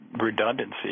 redundancy